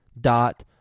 dot